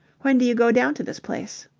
when do you go down to this place?